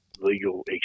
Legal